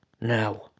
Now